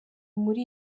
muri